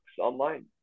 online